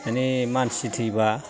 माने मानसि थैब्ला